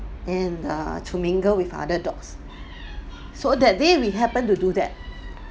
and err to mingle with other dogs so that day we happen to do that